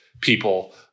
People